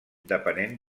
depenent